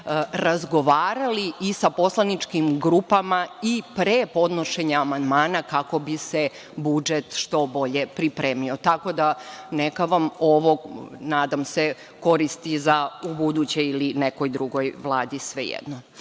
razgovarali sa poslaničkim grupama i pre podnošenja amandmana kako bi se budžet što bolje pripremio. Tako da, neka vam ovo, nadam se, koristi za ubuduće ili nekoj drugi Vladi, svejedno. Dobro,